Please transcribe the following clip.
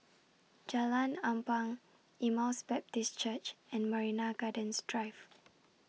Jalan Ampang Emmaus Baptist Church and Marina Gardens Drive